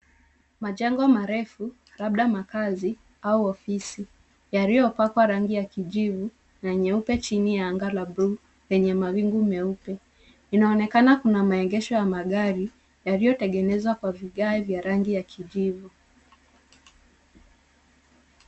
Majengo marefu, labda makazi, au ofisi, yaliyopakwa rangi ya kijivu, na nyeupe chini ya anga la bluu, penye mawingu meupe. Inaonekana kuna maegesho ya magari, yaliyotengenezwa kwa vigae vya rangi ya kijivu.